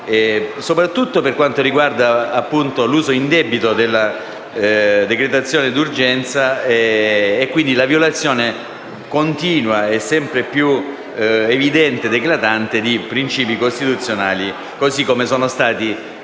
soprattutto per quanto riguarda l'uso indebito della decretazione d'urgenza e quindi la violazione continua e sempre più eclatante dei principi costituzionali, così come illustrata